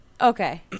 Okay